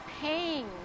pain